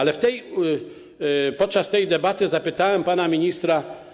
Ale podczas tej debaty zapytałem pana ministra.